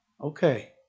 okay